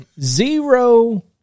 zero